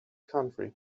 country